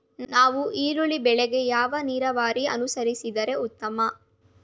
ನಾವು ಈರುಳ್ಳಿ ಬೆಳೆಗೆ ಯಾವ ನೀರಾವರಿ ಅನುಸರಿಸಿದರೆ ಉತ್ತಮ?